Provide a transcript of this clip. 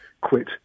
quit